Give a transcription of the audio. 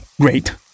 Great